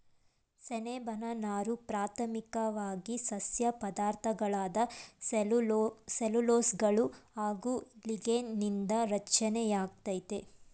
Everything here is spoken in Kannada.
ಸೆಣ್ಬಿನ ನಾರು ಪ್ರಾಥಮಿಕ್ವಾಗಿ ಸಸ್ಯ ಪದಾರ್ಥಗಳಾದ ಸೆಲ್ಯುಲೋಸ್ಗಳು ಹಾಗು ಲಿಗ್ನೀನ್ ನಿಂದ ರಚನೆಯಾಗೈತೆ